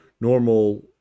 normal